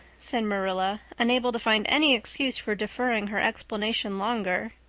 said marilla, unable to find any excuse for deferring her explanation longer,